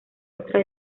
otra